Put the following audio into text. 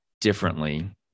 differently